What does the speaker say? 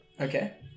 Okay